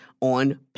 on